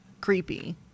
creepy